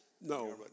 No